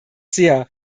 sehr